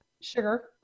Sugar